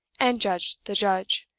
and judged the judge,